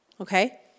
okay